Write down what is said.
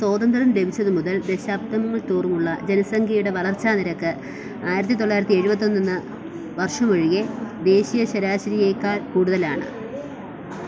സ്വാതന്ത്ര്യം ലഭിച്ചതുമുതൽ ദശാബ്ദങ്ങൾതോറുമുള്ള ജനസംഖ്യയുടെ വളർച്ചാനിരക്ക് ആയിരത്തി തൊള്ളായിരത്തി എഴുപത്തൊന്ന് എന്ന വർഷമൊഴികെ ദേശീയശരാശരിയെക്കാൾ കൂടുതലാണ്